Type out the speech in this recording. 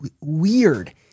weird